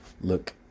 look